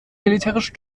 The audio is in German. militärische